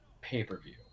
pay-per-view